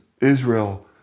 Israel